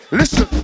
listen